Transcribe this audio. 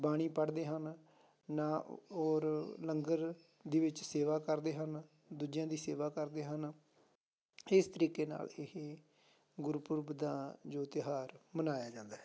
ਬਾਣੀ ਪੜ੍ਹਦੇ ਹਨ ਨਾ ਔਰ ਲੰਗਰ ਦੇ ਵਿੱਚ ਸੇਵਾ ਕਰਦੇ ਹਨ ਦੂਜਿਆਂ ਦੀ ਸੇਵਾ ਕਰਦੇ ਹਨ ਇਸ ਤਰੀਕੇ ਨਾਲ ਇਹ ਗੁਰਪੁਰਬ ਦਾ ਜੋ ਤਿਉਹਾਰ ਮਨਾਇਆ ਜਾਂਦਾ ਹੈ